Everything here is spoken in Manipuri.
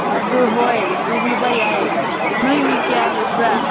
ꯑꯗꯨ ꯍꯣꯏ ꯄꯨꯕꯤꯕ ꯌꯥꯏ ꯅꯣꯏ ꯃꯤ ꯀꯌꯥ ꯂꯩꯕ꯭ꯔ